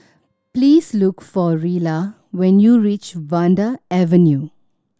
please look for Rilla when you reach Vanda Avenue